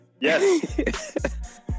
Yes